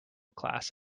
class